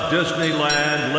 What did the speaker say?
Disneyland